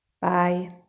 bye